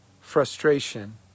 frustration